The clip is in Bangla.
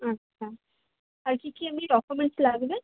আচ্ছা আর কী কী এমনি ডকুমেন্টস লাগবে